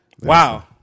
Wow